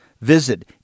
Visit